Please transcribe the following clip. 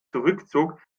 zurückzog